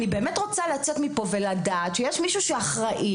אני באמת רוצה לצאת מפה כשאני יודעת שיש מישהו אחראי.